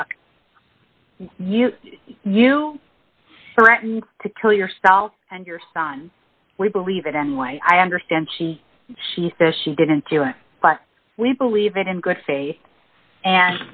know you threatened to kill yourself and your son we believe in life i understand she she says she didn't do it but we believe it in good faith and